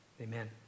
amen